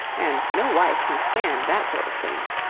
and no wife can stand that sort of thing.